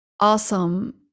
awesome